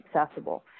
accessible